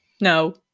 No